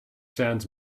sands